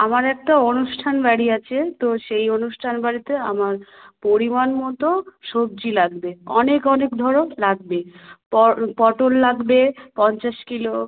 আমার একটা অনুষ্ঠান বাড়ি আছে তো সেই অনুষ্ঠান বাড়িতে আমার পরিমাণ মতো সবজি লাগবে অনেক অনেক ধরো লাগবে পটল লাগবে পঞ্চাশ কিলো